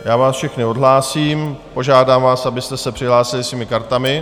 Já vás všechny odhlásím a požádám vás, abyste se přihlásili svými kartami.